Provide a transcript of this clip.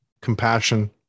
compassion